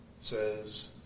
says